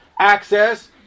access